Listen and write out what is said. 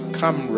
come